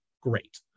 great